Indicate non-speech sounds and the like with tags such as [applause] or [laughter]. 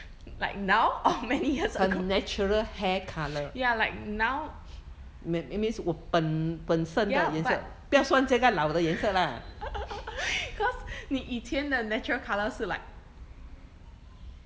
like now or many years ago ya like now ya but [laughs] cause 你以前的 natural colour 是 like